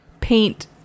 paint